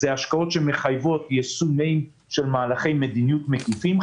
אלה השקעות שמחייבות יישום של מהלכי מדיניות מקיפים,